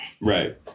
right